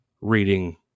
reading